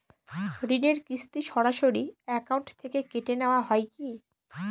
ঋণের কিস্তি সরাসরি অ্যাকাউন্ট থেকে কেটে নেওয়া হয় কি?